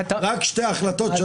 רק שתי החלטות,